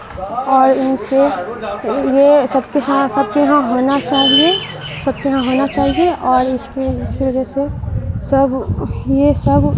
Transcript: اور ان سے یہ سب کچھ یہاں سب کے یہاں ہونا چاہیے سب کے یہاں ہونا چاہیے اور اس کے اس کی وجہ سے سب یہ سب